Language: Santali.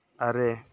ᱟᱨᱮ